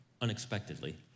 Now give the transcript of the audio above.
unexpectedly